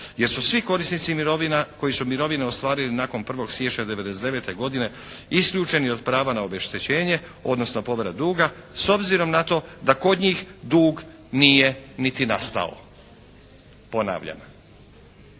jer su svi korisnici mirovina, koji su mirovine ostvarili nakon 1. siječnja '99. godine isključeni od prava na obeštećenje odnosno povrat duga s obzirom na to da kod njih dug nije niti nastao. Ponavljam,